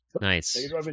nice